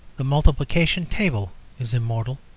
the multiplication table is immortal,